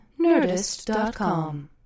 Nerdist.com